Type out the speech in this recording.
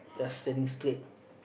just stand straight